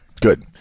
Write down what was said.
good